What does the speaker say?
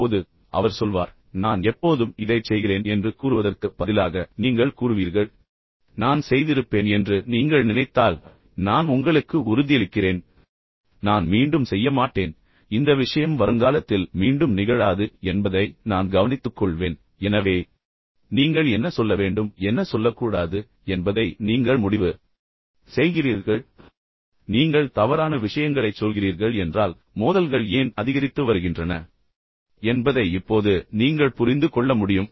இப்போது இந்த பக்கம் அவர் சொல்வார் நான் எப்போதும் இதைச் செய்கிறேன் என்று கூறுவதற்கு பதிலாக நீங்கள் கூறுவீர்கள் நான் அதைச் செய்தேன் என்று நீங்கள் நினைத்தால் நான் உங்களுக்கு உறுதியளிக்கிறேன் நான் மீண்டும் செய்ய மாட்டேன் நான் உங்களுக்கு உறுதியளிக்கிறேன் அது நடக்காது இந்த விஷயம் வருங்காலத்தில் மீண்டும் நிகழாது என்பதை நான் கவனித்துக்கொள்வேன் எனவே நீங்கள் என்ன சொல்ல வேண்டும் என்ன சொல்லக்கூடாது மற்றும் நீங்கள் இதுவரை என்ன சொல்லி வருகிறீர்கள் என்று நீங்கள் முடிவு செய்கிறீர்கள் நீங்கள் தவறான விஷயங்களைச் சொல்கிறீர்கள் என்றால் மோதல்கள் ஏன் அதிகரித்து வருகின்றன என்பதை இப்போது நீங்கள் புரிந்து கொள்ள முடியும்